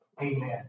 Amen